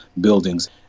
buildings